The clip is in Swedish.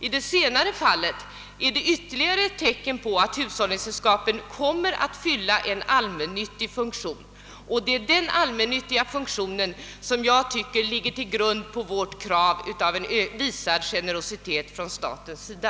I det senare fallet är det ytterligare ett tecken på att hushållningssällskapen kommer att fylla en allmännyttig funktion, och det är denna allmännyttiga funktion som jag tycker utgör en grund för vårt krav på generositet från statens sida.